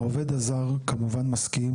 העובד הזר כמובן מסכים,